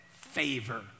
Favor